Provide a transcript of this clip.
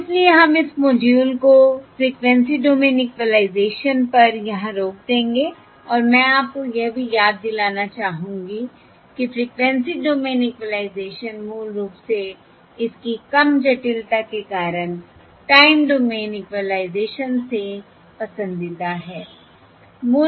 और इसलिए हम इस मॉड्यूल को फ़्रीक्वेंसी डोमेन इक्वलाइज़ेशन पर यहाँ रोक देंगे और मैं आपको यह भी याद दिलाना चाहूँगी कि फ्रीक्वेंसी डोमेन इक्विलाइज़ेशन मूल रूप से इसकी कम जटिलता के कारण टाइम डोमेन इक्विलाइज़ेशन से पसंदीदा है